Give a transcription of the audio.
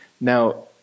Now